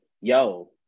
yo